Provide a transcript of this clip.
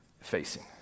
facing